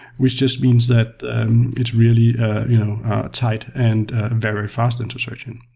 which just means that it's really tight and very fast into searching.